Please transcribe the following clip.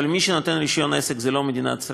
אבל מי שנותן רישיון עסק זו לא המדינה,